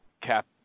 cap